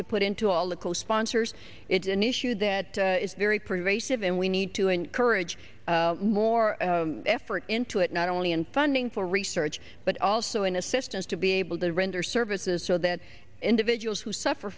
to put into all the co sponsors it's an issue that is very pervasive and we need to encourage more effort into it not only in funding for research but also in assistance to be able to render services so that individuals who suffer